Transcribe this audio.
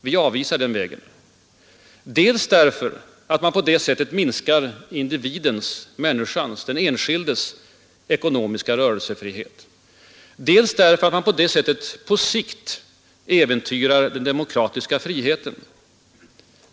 Vi avvisar den vägen. Dels därför att man på det sättet minskar individens, människans, den enskildes ekonomiska rörelsefrihet. Dels därför att man på det sättet på sikt äventyrar den demokratiska friheten.